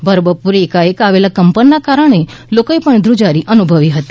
ભર બપોરે એકાએક આવેલા કંપનના કારણે લોકોએ પણ ધુજારી અનુભવી હતી